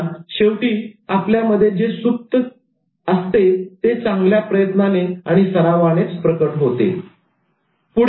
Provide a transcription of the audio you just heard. शेवटी आपल्यामध्ये जे सुप्तलपलेले असते ते चांगल्या प्रयत्नाने आणि सरावाने प्रकट होतेच